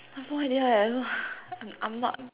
I've no idea leh I don't know I'm I'm not